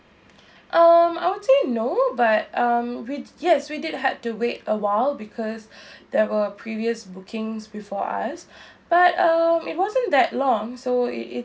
um I would say no but um which yes we did had to wait a while because there were a previous bookings before us but um it wasn't that long so it